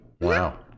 Wow